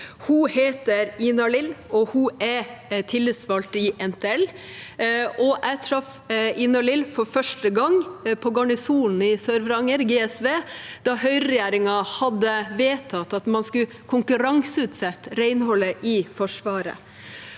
Hun heter Ina-Lill, og hun er tillitsvalgt i NTL. Jeg traff Ina-Lill for første gang på Garnisonen i SørVaranger, GSV, da høyreregjeringen hadde vedtatt at man skulle konkurranseutsette renholdet i Forsvaret.